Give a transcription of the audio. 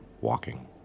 walking